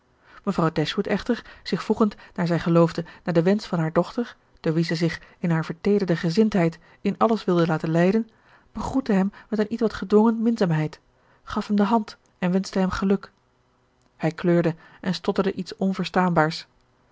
mevrouw dashwood echter zich voegend naar zij geloofde naar den wensch van hare dochter door wie zij zich in hare verteederde gezindheid in alles wilde laten leiden begroette hem met een ietwat gedwongen minzaamheid gaf hem de hand en wenschte hem geluk hij kleurde en stotterde iets onverstaanbaars